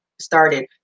started